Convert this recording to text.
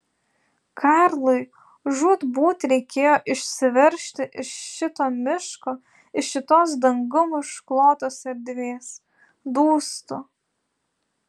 karlui žūtbūt reikėjo išsiveržti iš šito miško iš šitos dangum užklotos erdvės dūstu